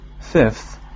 Fifth